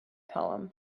poem